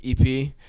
EP